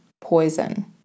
poison